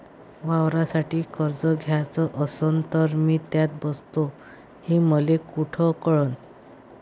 वावरासाठी कर्ज घ्याचं असन तर मी त्यात बसतो हे मले कुठ कळन?